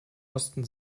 osten